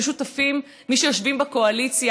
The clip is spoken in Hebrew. והיו שותפים לו מי שיושבים בקואליציה,